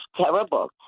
terrible